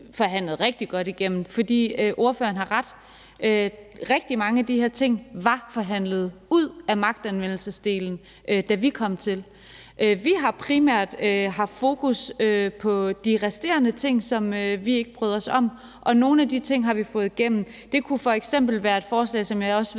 forhandlet det rigtig godt igennem. For ordføreren har ret i, at rigtig mange af de ting, der var i forbindelse med magtanvendelsesdelen, var forhandlet ud, da vi kom til. Vi har primært haft fokus på de resterende ting, som vi ikke brød os om, og nogle af de ting har vi fået igennem. Det kunne f.eks. være et forslag, som jeg også ved